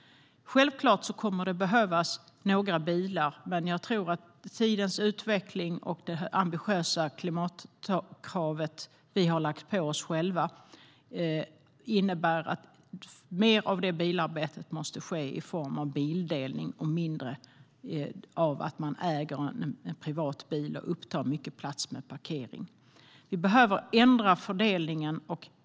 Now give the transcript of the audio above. Självklart kommer det att behövas några bilar. Men tidens utveckling och det ambitiösa klimatkravet vi har lagt på oss själva innebär att mer av det bilarbetet måste ske i form av bildelning och mindre av att man äger en privat bil och upptar mycket plats med parkering. Vi behöver ändra fördelningen.